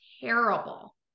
terrible